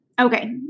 Okay